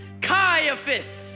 Caiaphas